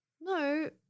no